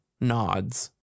nods